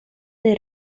dei